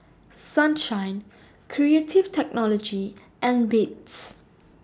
Sunshine Creative Technology and Beats